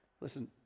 Listen